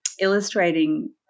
illustrating